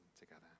together